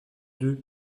deux